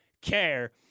care